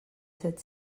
set